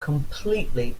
completely